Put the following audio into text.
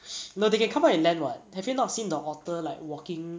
no they can come up on land [what] have you not seen the otter like walking